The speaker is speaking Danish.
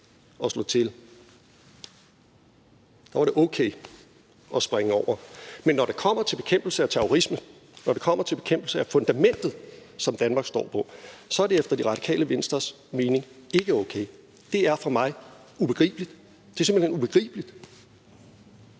at slå til; der var det okay at springe over. Men når det kommer til bekæmpelse af terrorisme, og når det kommer til fundamentet, som Danmark står på, så er det efter Det Radikale Venstres mening ikke okay. Det er for mig ubegribeligt, det er simpelt hen ubegribeligt.